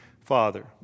Father